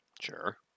Sure